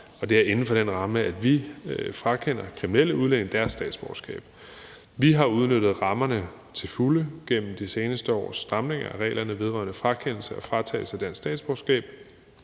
Det er inden for den ramme, vi frakender kriminelle udlændinge deres statsborgerskab. Vi har udnyttet rammerne til fulde gennem de seneste års stramninger af reglerne vedrørende frakendelse og fratagelse af dansk statsborgerskab.